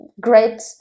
great